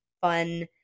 fun